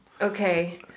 Okay